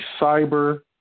cyber